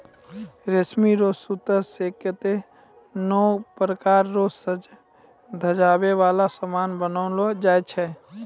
रेशमी रो सूत से कतै नै प्रकार रो सजवै धजवै वाला समान बनैलो जाय छै